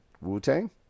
Wu-Tang